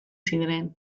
ziren